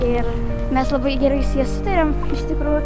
ir mes labai gerai sutariam iš tikrų